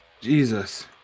Jesus